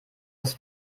des